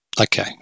Okay